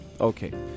Okay